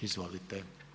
Izvolite.